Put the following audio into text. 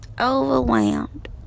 Overwhelmed